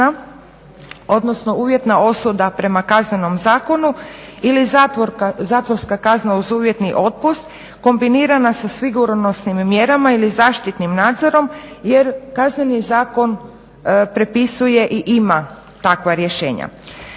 odnosno uvjetna osuda prema Kaznenom zakonu ili zatvorska kazna uz uvjetni otpust kombinirana sa sigurnosnim mjerama ili zaštitnim nadzorom. Jer Kazneni zakon prepisuje i ima takva rješenja.